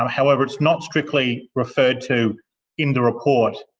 um however, it's not strictly referred to in the report.